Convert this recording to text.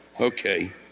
Okay